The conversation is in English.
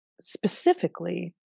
specifically